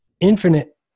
infinite